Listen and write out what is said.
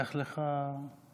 קח לך הפסקה.